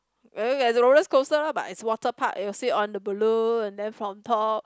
rollercoaster lor but it's water park and you will sit on the balloon and then from top